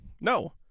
No